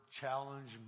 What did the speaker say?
challenge